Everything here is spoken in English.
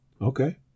Okay